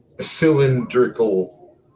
cylindrical